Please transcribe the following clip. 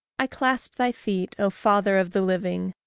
i clasp thy feet, o father of the living!